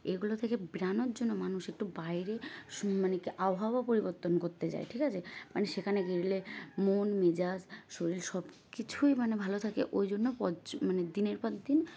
এগুলো থেকে বেড়ানোর জন্য মানুষ একটু বাইরে মানে কি আবহাওয়া পরিবর্তন করতে যায় ঠিক আছে মানে সেখানে গেরলে মন মেজাজ শরীর সব কিছুই মানে ভালো থাকে ওই জন্য পর মানে দিনের পর দিন